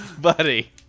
Buddy